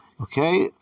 Okay